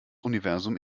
universum